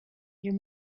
your